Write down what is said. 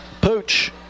Pooch